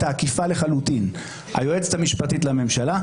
האכיפה לחלוטין: היועצת המשפטית לממשלה,